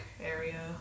area